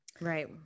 Right